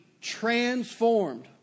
transformed